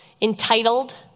entitled